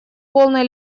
полной